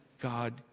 God